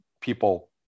people